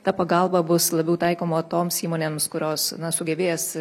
ta pagalba bus labiau taikoma toms įmonėms kurios na sugebės